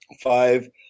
five